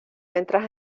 entras